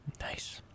Nice